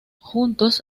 juntos